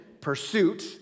pursuit